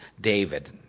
David